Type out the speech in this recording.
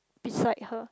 beside her